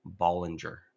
Bollinger